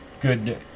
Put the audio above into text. good